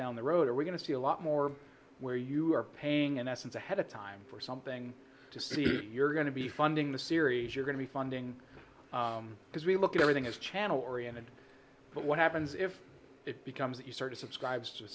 down the road and we're going to see a lot more where you are paying in essence ahead of time for something to see that you're going to be funding the series you're going to be funding because we look at everything as channel oriented but what happens if it becomes that you start subscribes to